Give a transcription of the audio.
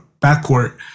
backcourt